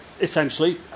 essentially